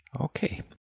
okay